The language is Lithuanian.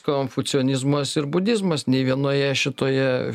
konfucionizmas ir budizmas nei vienoje šitoje